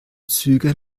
züge